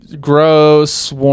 Gross